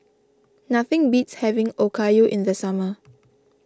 nothing beats having Okayu in the summer